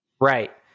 Right